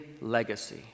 legacy